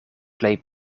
plej